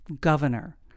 governor